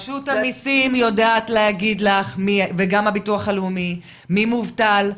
רשות המסים וגם הביטוח הלאומי יודעים להגיד לך מי מובטל,